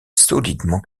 solidement